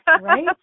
Right